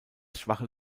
schwache